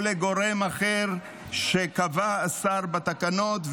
או לגורם אחר שקבע השר בתקנות,